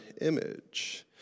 image